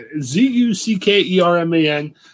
Z-U-C-K-E-R-M-A-N